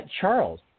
Charles